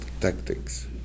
tactics